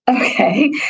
Okay